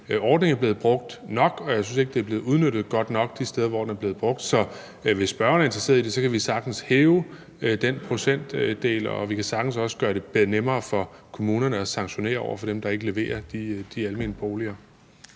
ordning er blevet brugt nok, og jeg synes ikke, at den er blevet udnyttet godt nok de steder, hvor den er blevet brugt. Så hvis spørgeren er interesseret i det, kan vi sagtens hæve den procentdel, og vi kan sagtens også gøre det nemmere for kommunerne at sanktionere over for dem, der ikke leverer de almene boliger.